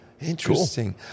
Interesting